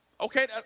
Okay